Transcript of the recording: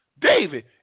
David